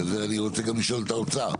וזה אני רוצה גם לשאול את האוצר,